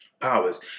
powers